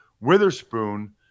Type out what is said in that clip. Witherspoon